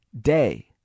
day